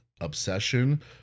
obsession